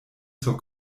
zur